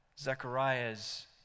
Zechariah's